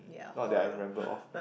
not that I remember of